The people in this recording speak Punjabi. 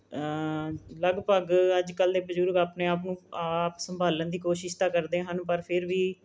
ਲਗਭਗ ਅੱਜ ਕੱਲ ਦੇ ਬਜ਼ੁਰਗ ਆਪਣੇ ਆਪ ਨੂੰ ਆਪ ਸੰਭਾਲਣ ਦੀ ਕੋਸ਼ਿਸ਼ ਤਾਂ ਕਰਦੇ ਹਨ ਪਰ ਫਿਰ ਵੀ